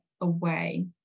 away